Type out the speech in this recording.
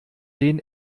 den